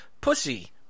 pussy